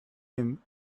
him